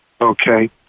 okay